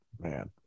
Man